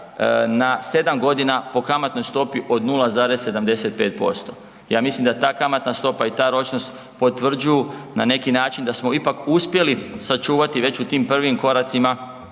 na 7 godina po kamatnoj stopi od 0,75%. Ja mislim da ta kamatna stopa i ta ročnost potvrđuju na neki način da smo ipak uspjeli sačuvati već u tim prvim koracima